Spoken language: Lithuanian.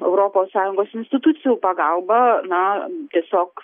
europos sąjungos institucijų pagalba na tiesiog